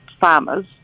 farmers